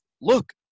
look